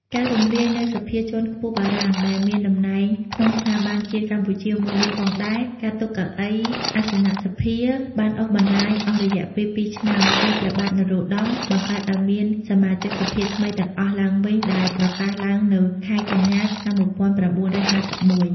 ការរំលាយនៅសភាជាន់ខ្ពស់បារាំងដែលមានតំណែងក្នុងស្ថាប័នជាតិកម្ពុជាមួយនេះផងដែរ ការទុកកៅអីអសនៈសភា បានអូសបន្លាយអស់រយៈពេល ២ឆ្នាំ ទើបព្រះបាទនរោត្តមបង្កើតឱ្យមានសមាជិកសភាថ្មីទាំងអស់ឡើងវិញដែលប្រកាសឡើងនៅខែកញ្ញា ឆ្នាំ ១៩៥១។